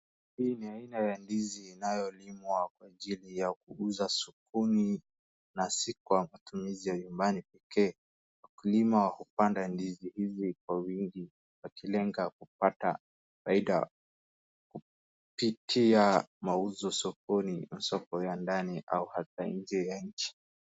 Hii ni aina ya ndizi inayolimwa kwa ajili ya kuuza sokoni, na si kwa matumizi ya nyumbani pekee. Wakulima hupanda ndizi hizi kwa wingi wakilenga kupata faida kupitia mauzo sokoni, masoko ya ndani au hata nje ya nchi.